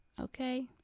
okay